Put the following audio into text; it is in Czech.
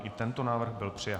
I tento návrh byl přijat.